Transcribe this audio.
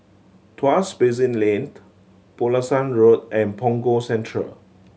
Tuas Basin Lane Pulasan Road and Punggol Central